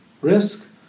risk